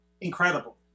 incredible